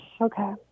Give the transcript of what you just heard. Okay